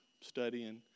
studying